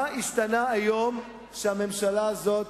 מה השתנה היום שהממשלה הזאת,